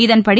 இதன்படி